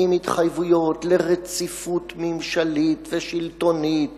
עם התחייבויות לרציפות ממשלית ושלטונית